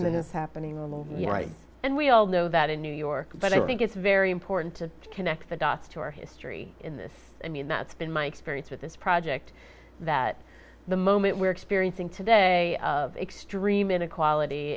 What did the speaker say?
season is happening on the right and we all know that in new york but i think it's very important to connect the dots to our history in this i mean that's been my experience with this project that the moment we're experiencing today of extreme inequality